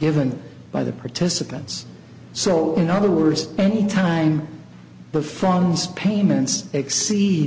given by the participants so in other words any time but from this payments exceed